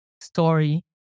story